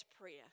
prayer